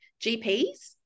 GPs